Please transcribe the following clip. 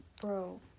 Bro